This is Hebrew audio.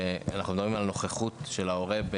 אנחנו מדברים על הנוכחות של ההורה.